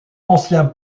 ancien